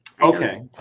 Okay